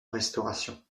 restauration